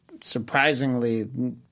surprisingly